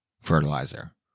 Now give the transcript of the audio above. fertilizer